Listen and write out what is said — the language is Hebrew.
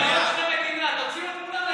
נפרק את המדינה, תוציאו את כולם לחל"ת.